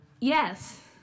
Yes